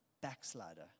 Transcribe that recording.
backslider